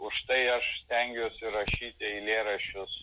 užtai aš stengiuosi rašyti eilėraščius